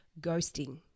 ghosting